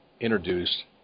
introduced